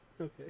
Okay